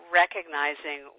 recognizing